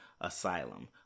Asylum